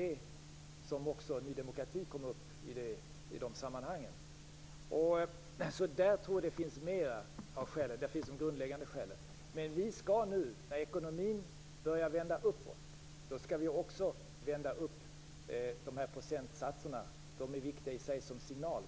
Ny demokrati skapades i dessa sammanhang. Där tror jag att de grundläggande skälen finns. När ekonomin börjar vända uppåt skall vi också vända procentsatserna, som är viktiga som en signal.